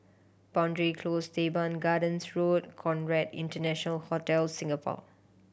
Boundary Close Teban Gardens Road Conrad International Hotel Singapore